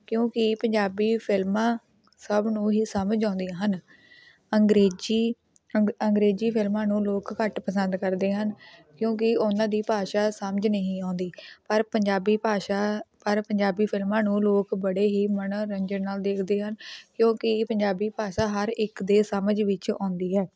ਕਿਉਂਕਿ ਪੰਜਾਬੀ ਫਿਲਮਾਂ ਸਭ ਨੂੰ ਹੀ ਸਮਝ ਆਉਂਦੀਆਂ ਹਨ ਅੰਗਰੇਜ਼ੀ ਅੰਗ ਅੰਗਰੇਜ਼ੀ ਫਿਲਮਾਂ ਨੂੰ ਲੋਕ ਘੱਟ ਪਸੰਦ ਕਰਦੇ ਹਨ ਕਿਉਂਕਿ ਉਹਨਾਂ ਦੀ ਭਾਸ਼ਾ ਸਮਝ ਨਹੀਂ ਆਉਂਦੀ ਪਰ ਪੰਜਾਬੀ ਭਾਸ਼ਾ ਪਰ ਪੰਜਾਬੀ ਫਿਲਮਾਂ ਨੂੰ ਲੋਕ ਬੜੇ ਹੀ ਮਨੋਰੰਜਨ ਨਾਲ਼ ਦੇਖਦੇ ਹਨ ਕਿਉਂਕਿ ਪੰਜਾਬੀ ਭਾਸ਼ਾ ਹਰ ਇੱਕ ਦੇ ਸਮਝ ਵਿੱਚ ਆਉਂਦੀ ਹੈ